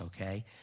okay